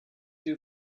two